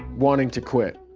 wanting to quit